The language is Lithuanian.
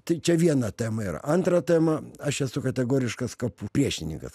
tai čia viena tema yra antra tema aš esu kategoriškas kapų priešininkas